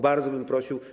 Bardzo bym prosił.